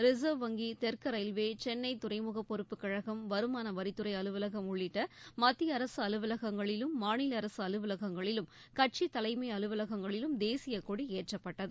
reserve வங்கி தெற்கு railway Chennai துறைமுகப் பொறுப்புக் கழகம் வருமான வரித்துறை அலுவலகம் உள்ளிட்ட மத்திய அரசு அலுவலகங்களிலும் மாநில அரசு அலுவலகங்களிலும் கட்சி தலைமை அலுவலகங்களிலும் தேசிய கொடி ஏற்றப்பட்டது